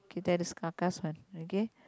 K that is car cars one okay